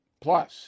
Plus